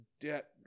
debt